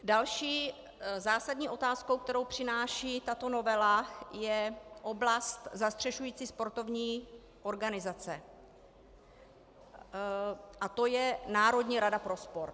Další zásadní otázkou, kterou přináší tato novela, je oblast zastřešující sportovní organizace a to je Národní rada pro sport.